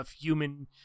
human